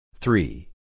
Three